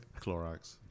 Clorox